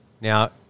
Now